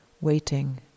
waiting